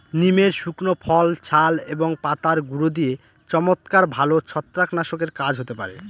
নিমের শুকনো ফল, ছাল এবং পাতার গুঁড়ো দিয়ে চমৎকার ভালো ছত্রাকনাশকের কাজ হতে পারে